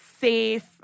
safe